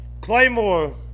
Claymore